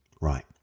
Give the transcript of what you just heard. right